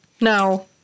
no